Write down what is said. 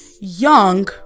young